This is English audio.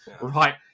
right